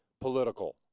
political